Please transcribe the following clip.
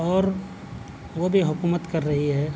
اور وہ بھی حکومت کر رہی ہے